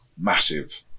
massive